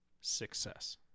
success